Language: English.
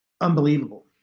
Unbelievable